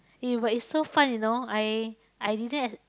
eh but it's so fun you know I I didn't ex~